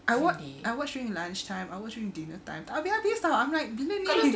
I watch I watch during lunchtime I watch during dinner time tak habis-habis [tau] I'm like bila ni